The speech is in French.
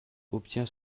obtient